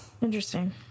interesting